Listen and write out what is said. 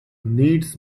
needs